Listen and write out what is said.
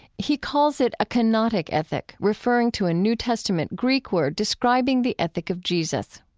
he calls it a kenotic ethic, referring to a new testament greek word describing the ethic of jesus.